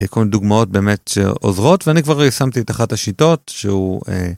כל מיני דוגמאות באמת שעוזרות, ואני כבר ישמתי את אחת השיטות שהוא.